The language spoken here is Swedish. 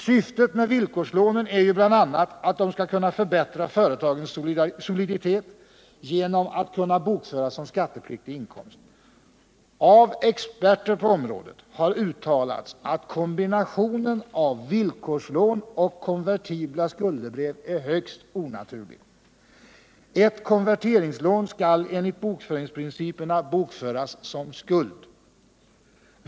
Syftet med villkorslånen är ju bl.a. att de skall kunna förbättra företagens soliditet genom att kunna bokföras som skattepliktig inkomst. Av experter på området har uttalats att kombinationen av villkorslån och konvertibla skuldebrev är högst onaturlig. Ett konverteringslån skall enligt bokföringsprinciperna bokföras som en skuld.